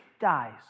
dies